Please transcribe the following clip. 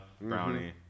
Brownie